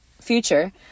future